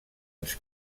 ens